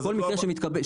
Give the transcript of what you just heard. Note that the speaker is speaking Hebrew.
כל מקרה שמתקבלות